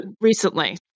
recently